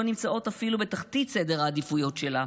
נמצאים אפילו בתחתית סדר העדיפויות שלה,